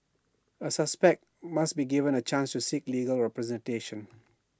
A suspect must be given A chance to seek legal representation